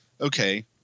okay